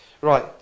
Right